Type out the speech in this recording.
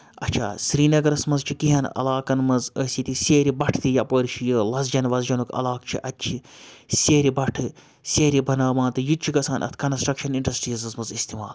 اچھا سرینَگرَس منٛز چھِ کینٛہہ ہن علاقَن منٛز أسۍ ییٚتہِ سیرِ بَٹھٕ تہِ یَپٲرۍ چھِ یہِ لَسجَن وَسجَنُک علاقہٕ چھِ اَتہِ چھِ سیرِ بَٹھٕ سیرِ بَناوان تہٕ یہِ تہِ چھُ گَژھان اَتھ کَنَسٹرٛکشَن اِنڈَسٹِرٛیٖزَس منٛز اِستعمال